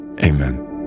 Amen